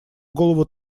голову